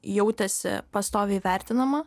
jautėsi pastoviai vertinama